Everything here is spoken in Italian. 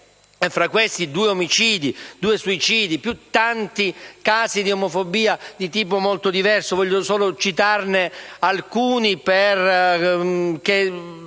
Fra questi, due omicidi, due suicidi, più tanti casi di omofobia di tipo molto diverso. Voglio solo citarne alcuni perché